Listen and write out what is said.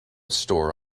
store